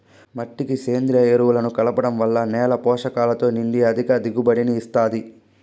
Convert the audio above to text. మట్టికి సేంద్రీయ ఎరువులను కలపడం వల్ల నేల పోషకాలతో నిండి అధిక దిగుబడిని ఇస్తాది